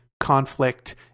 conflict